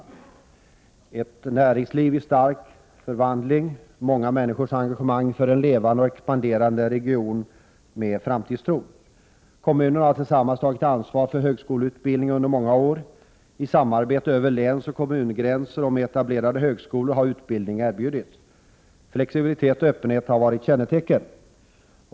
Där finns ett näringsliv i stark förvandling, med många människors engagemang för en levande och expanderande region med framtidstro. Kommunerna har tillsammans tagit ansvar för högskoleutbildning under många år. I samarbete över länsoch kommungränser och med etablerade högskolor har utbildning erbjudits. Flexibilitet och öppenhet har varit kännetecken.